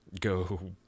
go